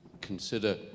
consider